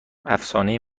افسانه